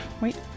wait